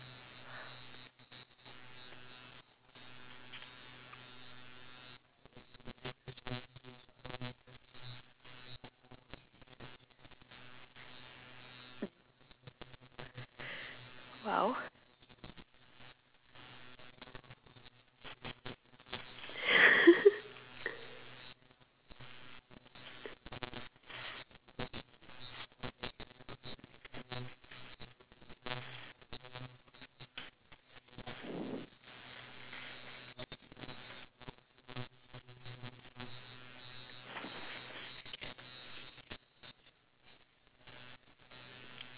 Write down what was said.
mm !wow!